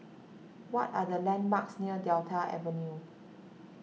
what are the landmarks near Delta Avenue